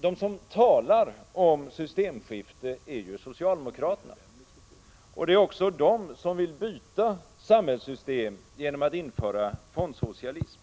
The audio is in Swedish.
de som talar om systemskifte är ju socialdemokraterna, och det är också de som vill byta samhällssystem genom att införa fondsocialism.